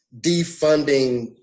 defunding